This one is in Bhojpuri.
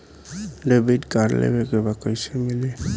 डेबिट कार्ड लेवे के बा कईसे मिली?